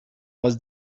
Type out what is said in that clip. was